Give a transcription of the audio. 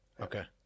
Okay